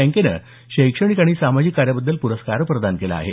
बँकेने शैक्षणिक आणि सामाजिक कार्याबद्दल पुरस्कार प्रदान केला आहे